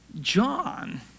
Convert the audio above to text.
John